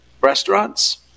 restaurants